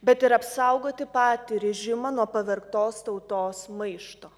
bet ir apsaugoti patį režimą nuo pavergtos tautos maišto